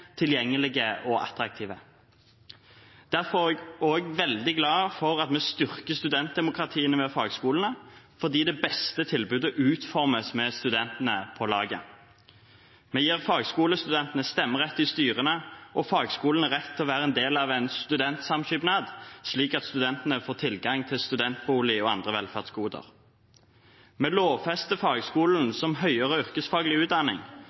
tilgjengelige og attraktive. Derfor er jeg også veldig glad for at vi styrker studentdemokratiene ved fagskolene, fordi det beste tilbudet utformes med studentene på laget. Vi gir fagskolestudentene stemmerett i styrene og fagskolene rett til å være en del av en studentsamskipnad, slik at studentene får tilgang til studentbolig og andre velferdsgoder. Vi lovfester fagskolen som høyere yrkesfaglig utdanning,